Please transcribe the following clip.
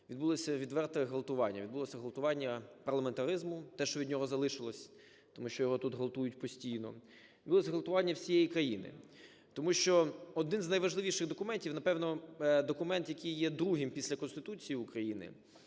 відбулось відверте ґвалтування, відбулось ґвалтування парламентаризму, те, що від нього залишилось, тому що його тут ґвалтують постійно. Було зґвалтування всієї країни, тому що один з найважливіших документів, напевно, документ, який є другим після Конституції України,